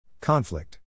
Conflict